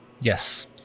Yes